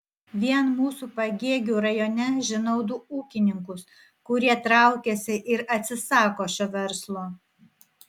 vien mūsų pagėgių rajone žinau du ūkininkus kurie traukiasi ir atsisako šio verslo